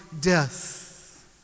death